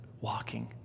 walking